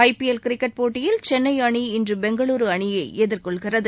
ஐ P L cricket போட்டியில் சென்னை அணி இன்று பெங்களுரு அணியை எதிர்கொள்கிறது